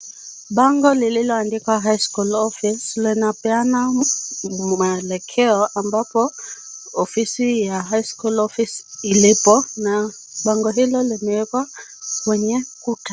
Bango lililo andikwa highschool office linapeana maelekeo ambapo ofisi ya highschool office ilipo na bango hilo limewekwa kwenye ukuta.